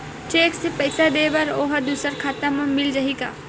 Cheque से पईसा दे बर ओहा दुसर खाता म मिल जाही?